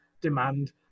demand